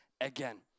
again